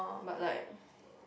but like